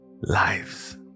lives